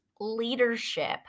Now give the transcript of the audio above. leadership